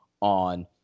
on